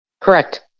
correct